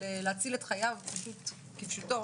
להציל את חייו כפשוטו,